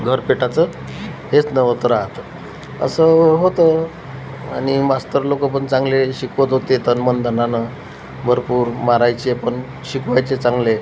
घर पेटायचं हेच नव्हतं राहत असं होतं आणि मास्तर लोक पण चांगले शिकवत होते तन मन धनानं भरपूर मारायचे पण शिकवायचे चांगले